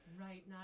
Right